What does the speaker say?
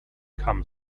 come